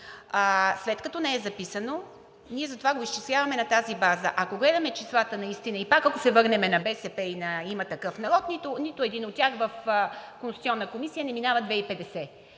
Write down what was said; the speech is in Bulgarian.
след като не е записано, ние затова го изчисляваме на тази база. Ако гледаме числата наистина и пак ако се върнем на БСП и на „Има такъв народ“, нито едно от тях не минава 2,50